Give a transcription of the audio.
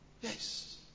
Yes